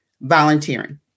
volunteering